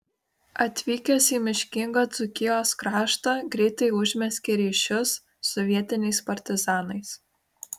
atvykęs į miškingą dzūkijos kraštą greitai užmezgė ryšius su vietiniais partizanais